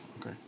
Okay